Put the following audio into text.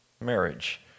marriage